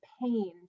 pain